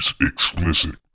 explicit